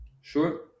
Sure